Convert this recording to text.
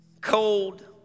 Cold